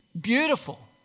Beautiful